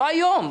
לא היום,